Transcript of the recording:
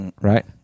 right